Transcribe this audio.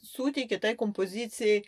suteikė tai kompozicijai